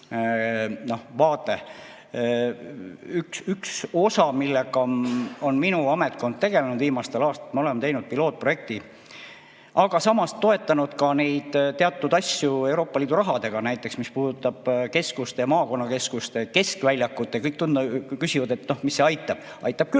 vaade. Üks osa, millega on minu ametkond tegelenud viimastel aastatel, on see, et me oleme teinud pilootprojekte, aga samas toetanud teatud asju Euroopa Liidu rahaga. Näiteks, mis puudutab keskuste ja maakonnakeskuste keskväljakuid, kõik küsivad, et mis see aitab. Aitab küll.